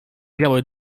biały